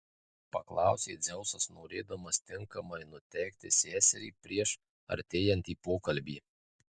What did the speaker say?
paklausė dzeusas norėdamas tinkamai nuteikti seserį prieš artėjantį pokalbį